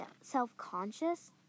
self-conscious